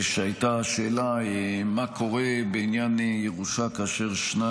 שהייתה השאלה מה קורה בעניין ירושה כאשר שני